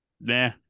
Nah